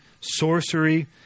sorcery